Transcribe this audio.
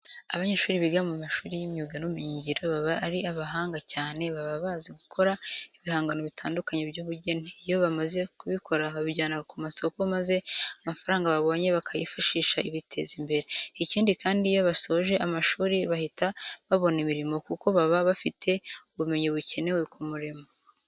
Abanyeshuri biga mu mashuri y'imyuga n'ubumenyingiro baba ari abahanga cyane, baba bazi gukora ibihangano bitandukanye by'ubugeni. Iyo bamaze kubikora babijyana ku masoko maze amafaranga babonye bakayifashisha biteza imbere. Ikindi kandi, iyo basoje amashuri bahita babona imirimo kuko baba bafite ubumenyi bukenewe ku murimo.